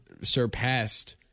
surpassed